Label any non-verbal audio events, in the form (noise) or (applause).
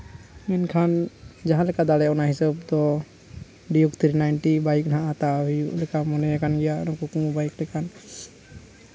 ᱢᱮᱱᱠᱷᱟᱱ ᱡᱟᱦᱟᱸ ᱞᱮᱠᱟ ᱫᱟᱲᱮ ᱚᱱᱟ ᱦᱤᱥᱟᱹᱵ ᱫᱚ ᱰᱤᱭᱩ (unintelligible) ᱱᱟᱭᱤᱱᱴᱤ ᱵᱟᱭᱤᱠ ᱦᱟᱸᱜ ᱦᱟᱛᱟᱣ ᱦᱩᱭᱩᱜ ᱞᱮᱠᱟ ᱢᱚᱱᱮᱭᱟᱠᱟᱱ ᱜᱮᱭᱟ ᱠᱩᱠᱢᱩ ᱵᱟᱭᱤᱠ ᱞᱮᱠᱟᱱ